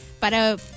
para